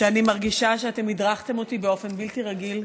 אני מרגישה שאתם הדרכתם אותי באופן בלתי רגיל,